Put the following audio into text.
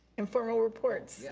and formal reports. yeah